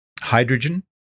hydrogen